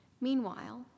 Meanwhile